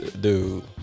Dude